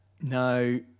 No